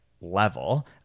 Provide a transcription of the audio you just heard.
level